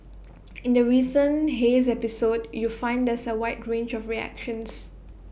in the recent haze episode you find there's A wide range of reactions